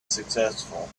successful